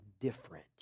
different